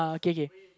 K K